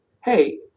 hey